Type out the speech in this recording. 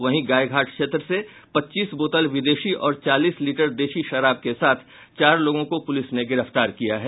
वहीं गायघाट क्षेत्र से पच्चीस बोतल विदेशी और चालीस लीटर देशी शराब के साथ चार लोगों को पुलिस ने गिरफ्तार किया है